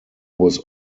was